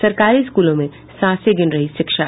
सरकारी स्कूलों में सांसे गिन रही शिक्षा